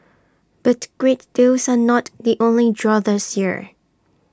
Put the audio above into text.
but great deals are not the only draw this year